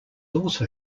also